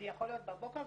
זה יכול להיות בבוקר,